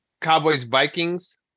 Cowboys-Vikings